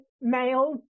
male